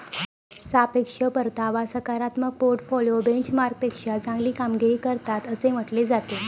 सापेक्ष परतावा सकारात्मक पोर्टफोलिओ बेंचमार्कपेक्षा चांगली कामगिरी करतात असे म्हटले जाते